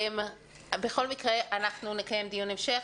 בכל מקרה אנחנו נקיים דיון המשך.